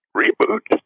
reboot